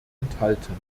enthalten